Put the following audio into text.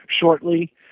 shortly